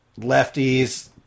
lefties